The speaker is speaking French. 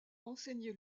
enseigné